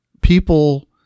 people